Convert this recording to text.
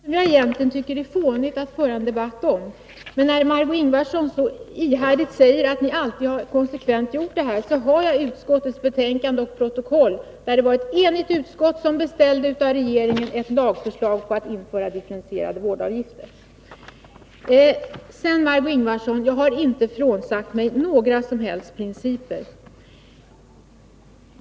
Fru talman! När det gäller det senaste som sades tycker jag egentligen att det är fånigt att föra en debatt om detta. Margö Ingvardsson hävdar ihärdigt att vpk alltid konsekvent har gått emot förslaget om differentierade vårdavgifter. Men jag har utskottets betänkande och protokoll. Det var ett enigt utskott som av regeringen begärde ett lagförslag om införande av Jag har inte frånsagt mig några som helst principer, Margöé Ingvardsson.